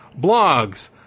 blogs